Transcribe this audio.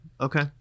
okay